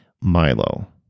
Milo